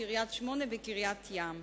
קריית-שמונה וקריית-ים.